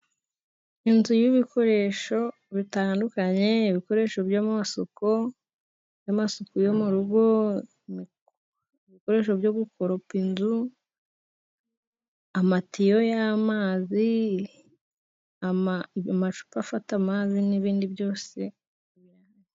Inzu y'ibikoresho bitandukanye. Ibikoresho by' amasuku yo mu rugo, ibikoresho byo gukoropa inzu, amatiyo y'amazi, amacupa afata amazi n'ibindi byose.